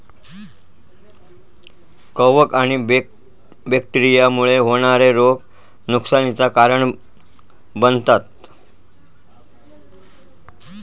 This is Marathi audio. कवक आणि बैक्टेरिया मुळे होणारे रोग नुकसानीचा कारण बनतत